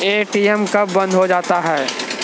ATM कब बंद हो जाता हैं?